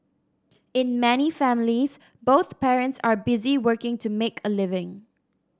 in many families both parents are busy working to make a living